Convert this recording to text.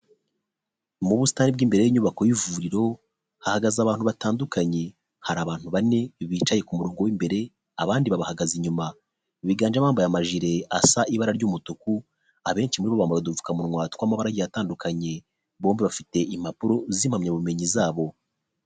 Mu busitani bw'imbere y'inyubako y'ivuriro, hahagaze abantu batandukanye. Hari abantu bane bicaye ku murongo w'imbere abandi bahagaze inyuma. Biganjemo abambaye amajire asa ibara ry'umutuku, abenshi muri bo bambaye udupfukamuwa twamabara agiye atandukanye; bombi bafite impapuro z'impamyabumenyi zabo.